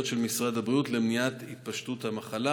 של משרד הבריאות למניעת התפשטות המחלה.